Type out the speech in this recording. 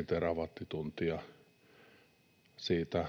45,2 terawattituntia siitä